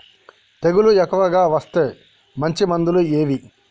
తెగులు ఎక్కువగా వస్తే మంచి మందులు ఏవి?